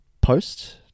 post